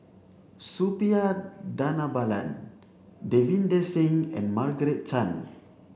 Suppiah Dhanabalan Davinder Singh and Margaret Chan